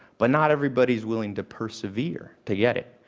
but not everybody's willing to persevere to get it.